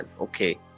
Okay